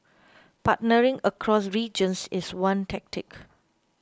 partnering across regions is one tactic